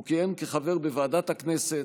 הוא כיהן כחבר בוועדת הכנסת,